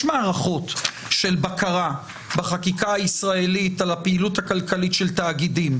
יש מערכות של בקרה בחקיקה הישראלית על הפעילות הכלכלית של תאגידים.